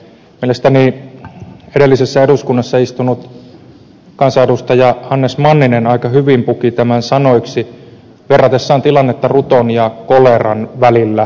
mielestäni edellisessä eduskunnassa istunut kansanedustaja hannes manninen aika hyvin puki tämän sanoiksi verratessaan tilannetta valinnaksi ruton ja koleran välillä